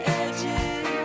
edges